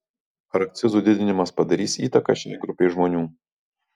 ar akcizų didinimas padarys įtaką šiai grupei žmonių